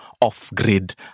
off-grid